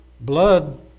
blood